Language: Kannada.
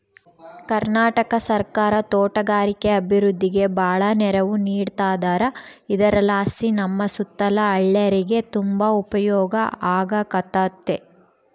ಕರ್ನಾಟಕ ಸರ್ಕಾರ ತೋಟಗಾರಿಕೆ ಅಭಿವೃದ್ಧಿಗೆ ಬಾಳ ನೆರವು ನೀಡತದಾರ ಇದರಲಾಸಿ ನಮ್ಮ ಸುತ್ತಲ ಹಳ್ಳೇರಿಗೆ ತುಂಬಾ ಉಪಯೋಗ ಆಗಕತ್ತತೆ